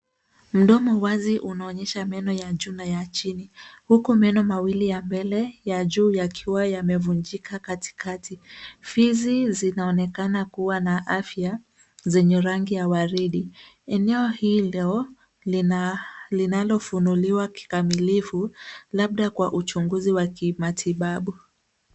Mdomo wazi unaonyesha meno ya juu na ya chini, huku meno mawili ya mbele ya juu yamevunjika katikati. Fizi zinaonekana kuwa na afya zenye rangi ya waridi. Eneo hilo linalofunuliwa kikamilifu, labda kwa uchunguzi wa kimatibabu.